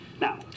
Now